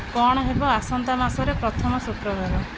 କ'ଣ ହେବ ଆସନ୍ତା ମାସରେ ପ୍ରଥମ ଶୁକ୍ରବାର